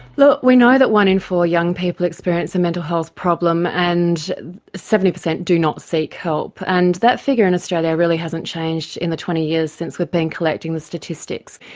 we know that one in four young people experience a mental health problem, and seventy percent do not seek help, and that figure in australia really hasn't changed in the twenty years since we've been collecting the statistics.